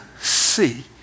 see